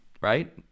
right